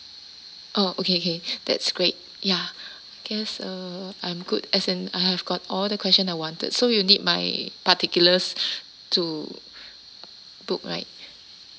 oh okay okay that's great ya because uh I'm good as in I've got all the question I wanted so you need my particulars to book right